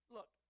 Look